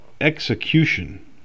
execution